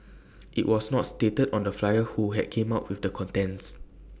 IT was not stated on the flyer who had came up with the contents